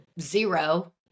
zero